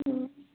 হুম